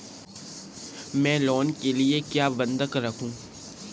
मैं लोन के लिए क्या बंधक रखूं?